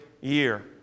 year